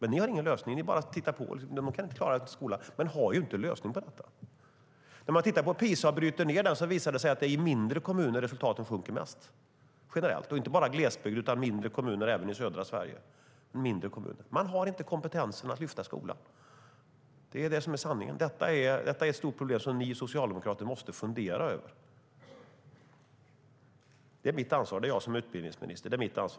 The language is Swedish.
Ni har ingen lösning. Ni bara tittar på och säger att kommunerna inte klarar skolan, men ni har ingen lösning på det. När man bryter ned PISA-undersökningen i delar visar det sig att det generellt är i de mindre kommunerna som resultaten sjunker mest. Det gäller inte bara kommunerna i glesbygden utan även mindre kommuner i södra Sverige. Sanningen är att de inte har kompetensen för att lyfta skolan. Det är ett stort problem som ni socialdemokrater måste fundera över. Skolan är mitt ansvar. Det är jag som är utbildningsminister.